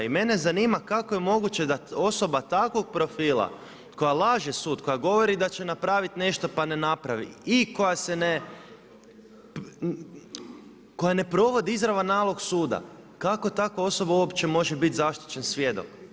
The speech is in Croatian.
I mene zanima, kako je moguće da osoba takvog profila koja laže sud, koja govori da će napraviti nešto pa ne napravi i koja se ne, ne provodi izravan nalog suda, kako takva osoba uopće može biti zaštićen svjedok?